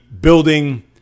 building